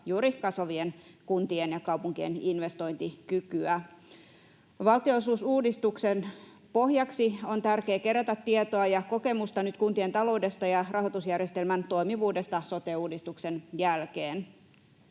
juuri kasvavien kuntien ja kaupunkien investointikykyä. Valtionosuusuudistuksen pohjaksi on tärkeää kerätä tietoa ja kokemusta kuntien taloudesta ja rahoitusjärjestelmän toimivuudesta sote-uudistuksen jälkeen.